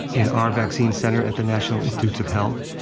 in our vaccine center at the national institutes of health,